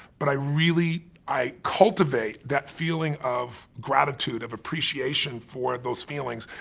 but i really, i cultivate that feeling of gratitude, of appreciation for those feelings.